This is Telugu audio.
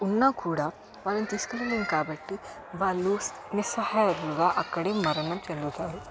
ఉన్నా కూడా వాళ్ళని తీసుకెళ్ళలేము కాబట్టి వాళ్ళు నిస్సహాయులుగా అక్కడే మరణం చెందుతారు